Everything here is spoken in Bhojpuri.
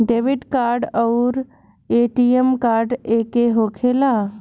डेबिट कार्ड आउर ए.टी.एम कार्ड एके होखेला?